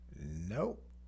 Nope